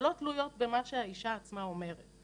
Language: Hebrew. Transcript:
שלא תלויות במה שהאישה עצמה אומרת,